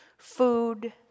food